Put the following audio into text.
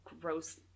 Gross